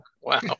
Wow